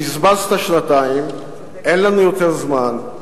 בזבזת שנתיים, אין לנו יותר זמן.